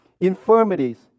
infirmities